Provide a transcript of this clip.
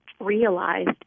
realized